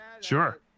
Sure